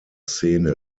szene